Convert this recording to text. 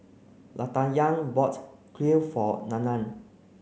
Latanya bought Kuih for Nana